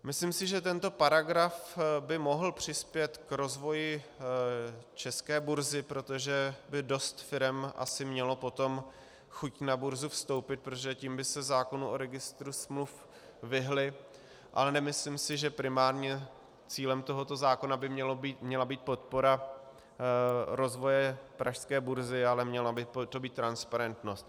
Myslím si, že tento paragraf by mohl přispět k rozvoji české burzy, protože by dost firem asi mělo potom chuť na burzu vstoupit, protože tím by se zákonu o Registru smluv vyhnuly, ale nemyslím si, že primárně cílem tohoto zákona by měla být podpora rozvoje pražské burzy, ale měla by to být transparentnost.